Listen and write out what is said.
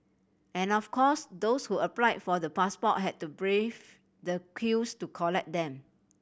and of course those who applied for the passport had to brave the queues to collect them